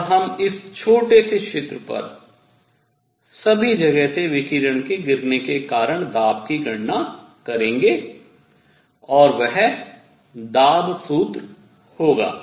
और हम इस छोटे से क्षेत्र पर सभी जगह से विकिरण के गिरने के कारण दाब की गणना करेंगे और वह दाब सूत्र होगा